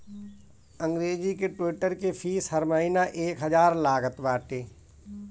अंग्रेजी के ट्विटर के फ़ीस हर महिना एक हजार लागत बाटे